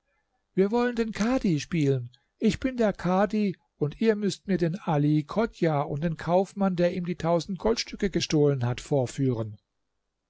wir wollen den kadhi spielen ich bin der kadhi und ihr müßt mir den ali chodjah und den kaufmann der ihm die tausend goldstücke gestohlen hat vorführen